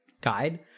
guide